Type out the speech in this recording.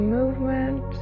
movement